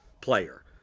player